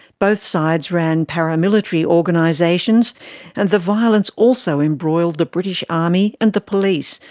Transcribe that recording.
both sides ran paramilitary organisations and the violence also embroiled the british army and the police,